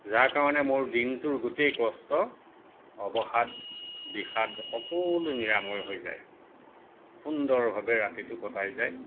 যাৰ কাৰণে মোৰ দিনটোৰ গোটেই কষ্ট অৱসাদ বিষাদ সকলো নিৰাময় হৈ যায় সুন্দৰভাৱে ৰাতিটো কটাই যায়